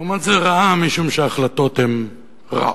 ולעומת זה היא רעה, משום שההחלטות הן רעות.